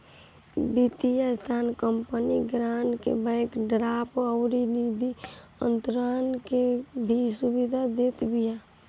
वित्तीय संस्थान अपनी ग्राहकन के बैंक ड्राफ्ट अउरी निधि अंतरण के भी सुविधा देत बिया